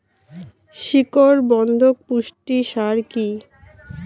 শিকড় বর্ধক পুষ্টি সার কি?